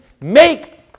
make